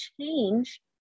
change